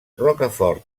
rocafort